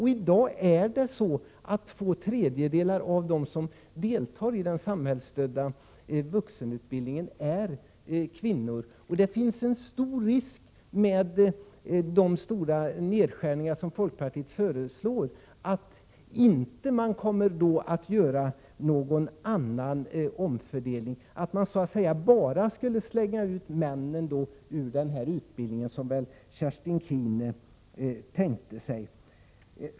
I dag är två tredjedelar av dem som deltar i den samhällsstödda vuxenutbildningen kvinnor, och det finns en stor risk med de kraftiga nedskärningar som folkpartiet föreslår, nämligen att det inte kommer att göras någon annan omfördelning, utan att bara männen slängs ut från denna utbildning. Det är väl det Kerstin Keen har tänkt sig.